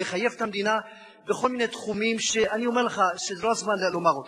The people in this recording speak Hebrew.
ומחייב את המדינה בכל מיני תחומים שאני אומר לך שזה לא הזמן לומר אותם.